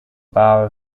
bar